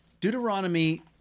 Deuteronomy